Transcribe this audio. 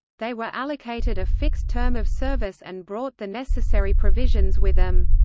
they were allocated a fixed term of service and brought the necessary provisions with them.